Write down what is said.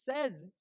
says